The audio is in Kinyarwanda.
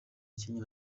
kenya